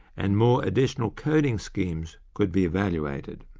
and more additional coding schemes could be evaluated.